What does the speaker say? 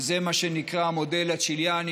מה שנקרא "המודל הצ'יליאני",